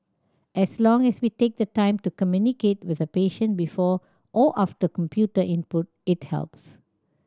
as long as we take the time to communicate with a patient before or after computer input it helps